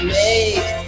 make